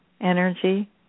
energy